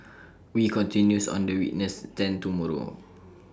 wee continues on the witness stand tomorrow